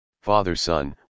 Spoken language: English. father-son